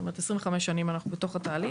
זאת אומרת שאנחנו כבר כ-25 שנים בתוך התהליך,